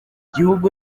gihugu